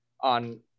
on